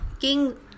King